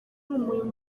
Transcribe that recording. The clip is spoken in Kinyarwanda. umurimo